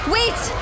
Wait